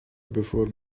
before